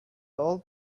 old